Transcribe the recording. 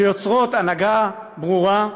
שיוצרות הנהגה ברורה,